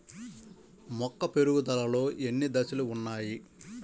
మొక్క పెరుగుదలలో ఎన్ని దశలు వున్నాయి?